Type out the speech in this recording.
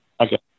Okay